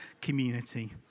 community